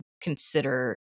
consider